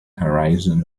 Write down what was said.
horizon